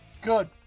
Good